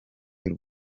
y’u